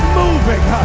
moving